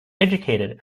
educated